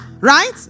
right